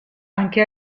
anche